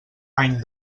any